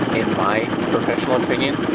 my professional opinion,